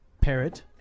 parrot